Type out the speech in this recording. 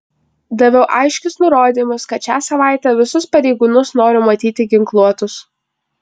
daviau aiškius nurodymus kad šią savaitę visus pareigūnus noriu matyti ginkluotus